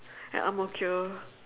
at ang-mo-kio